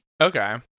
okay